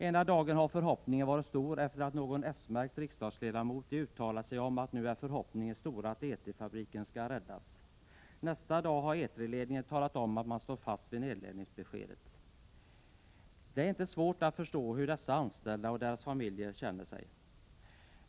Ena dagen har förhoppningarna varit stora, sedan någon s-märkt riksdagsledamot uttalat att möjligheterna är stora att Etri-fabriken skall kunna räddas. Nästa dag har Etri-ledningen talat om att den står fast vid nedläggningsbeskedet. Det är inte svårt att förstå hur de anställda och deras familjer känner sig.